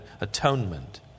atonement